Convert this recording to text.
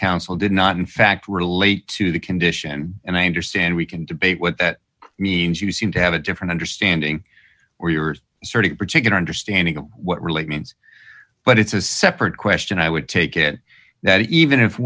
council did not in fact relate to the condition and i understand we can debate what that means you seem to have a different understanding or yours starting a particular understanding of what really means but it's a separate question i would take it that even if